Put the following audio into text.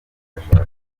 ashaka